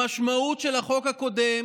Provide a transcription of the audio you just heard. המשמעות של החוק הקודם